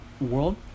world